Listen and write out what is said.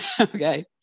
Okay